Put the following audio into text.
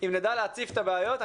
אם נדע להציף את הבעיות,